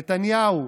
נתניהו,